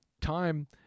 time